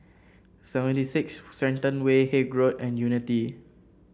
Seventy Six Shenton Way Haig Road and Unity